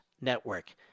network